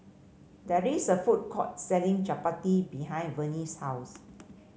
there is a food court selling Chapati behind Venie's house